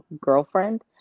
girlfriend